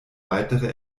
weitere